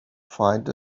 find